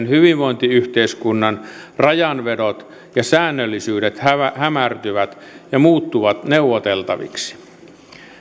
hyvinvointiyhteiskunnan rajanvedot ja säännöllisyydet hämärtyvät ja muuttuvat neuvoteltaviksi